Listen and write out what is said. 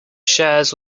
shares